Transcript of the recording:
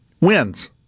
wins